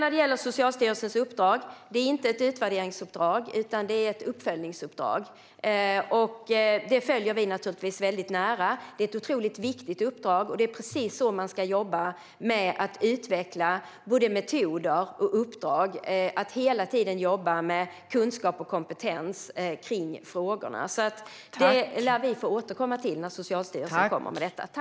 När det gäller Socialstyrelsens uppdrag är det inte ett utvärderingsuppdrag, utan det är ett uppföljningsuppdrag. Det följer vi naturligtvis väldigt nära. Det är ett otroligt viktigt uppdrag, och det är precis så man ska jobba med att utveckla både metoder och uppdrag och att hela tiden jobba med kunskap och kompetens kring frågorna. Det lär vi få återkomma till när Socialstyrelsen kommer med detta.